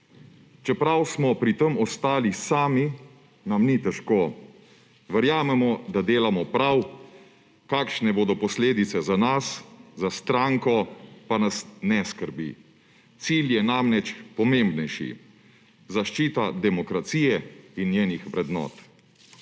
Čeprav smo pri tem ostali sami, nam ni težko. Verjamemo, da delamo prav. Kakšne bodo posledice za nas, za stranko, pa nas ne skrbi. Cilj je namreč pomembnejši: zaščita demokracije in njenih vrednot.